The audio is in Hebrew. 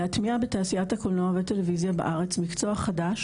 להטמיע בתעשיית הקולנוע והטלויזיה בארץ מקצוע חדש,